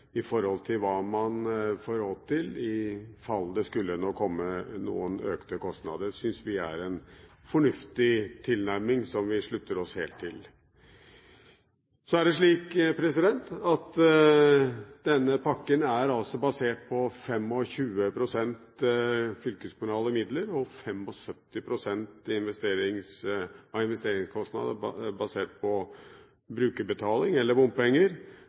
i forhold til hva man får råd til i fall det skulle komme noen økte kostnader, syns vi er en fornuftig tilnærming som vi slutter oss helt til. Denne pakken er basert på 25 pst. fylkeskommunale midler, og 75 pst. av investeringskostnadene er basert på brukerbetaling, eller bompenger.